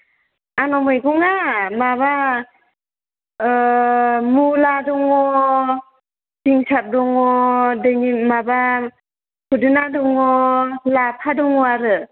आंनाव मैगङा माबा मुला दङ सिंसाब दङ दैनि माबा खुदुना दङ लाफा दङ आरो